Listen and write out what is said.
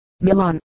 Milan